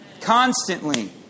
Constantly